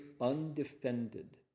undefended